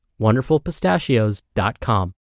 wonderfulpistachios.com